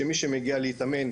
שמי שמגיע להתאמן,